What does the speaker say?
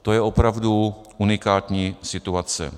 To je opravdu unikátní situace.